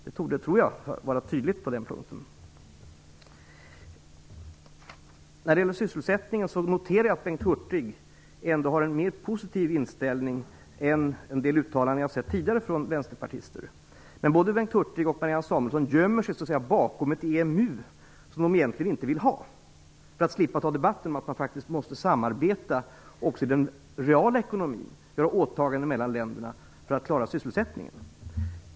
Jag tror att detta torde vara tydligt på den punkten. I frågan om sysselsättningen noterar jag att Bengt Hurtig ändå har en mer positiv inställning än den jag har hört i en del tidigare uttalanden från vänsterpartister. Men både Bengt Hurtig och Marianne Samuelsson gömmer sig bakom ett EMU som de egentligen inte vill ha, för att slippa föra debatten om att man faktiskt måste samarbeta också i den reala ekonomin och göra åtaganden mellan länderna för att klara sysselsättningen.